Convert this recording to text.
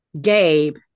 Gabe